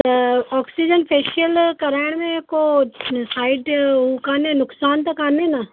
त oxygen facial कराइण में को साइड उहो कोन्हे न नुक़सान त कोन्हे न